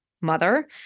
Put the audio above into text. mother